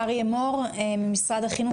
אריה מור ממשרד החינוך,